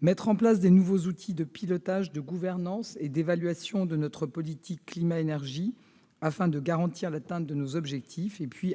mettre en place de nouveaux outils de pilotage, de gouvernance et d'évaluation de notre politique climat-énergie, afin de garantir l'atteinte de nos objectifs ; enfin,